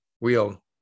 Wheel